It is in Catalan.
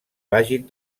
vagin